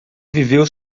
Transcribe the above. viveu